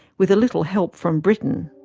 with a little help from britain.